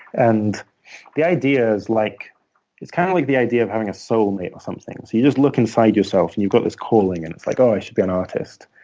and the idea is like kind of like the idea of having a soulmate or something. you just look inside yourself and you've got this calling, and it's like, oh, i should be an artist.